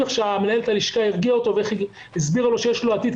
איך שמנהלת הלשכה הרגיעה אותו והסבירה לו שיש לו עתיד,